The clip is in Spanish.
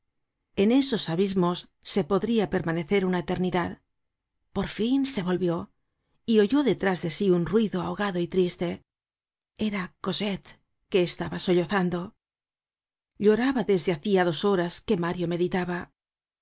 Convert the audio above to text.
en esos abismos se podria permanecer content from google book search generated at una eternidad por fin se volvió y oyó detrás de sí un ruido ahogado y triste era cosette que estaba sollozando lloraba desde hacia dos horas que mario meditaba